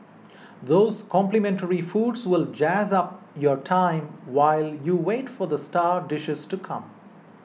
those complimentary foods will jazz up your time while you wait for the star dishes to come